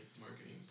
marketing